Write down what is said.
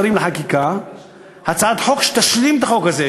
שרים לחקיקה הצעת חוק שתשלים את החוק הזה,